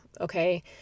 okay